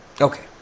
Okay